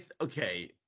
Okay